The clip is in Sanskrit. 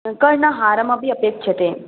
कर्णहारम् अपि अपेक्ष्यते